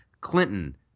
Clinton